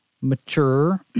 mature